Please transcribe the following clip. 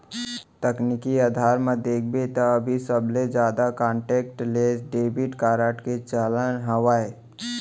तकनीकी अधार म देखबे त अभी सबले जादा कांटेक्टलेस डेबिड कारड के चलन हावय